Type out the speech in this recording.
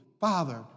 father